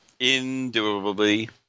Indubitably